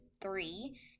three